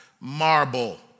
marble